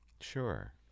Sure